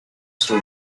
stood